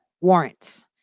warrants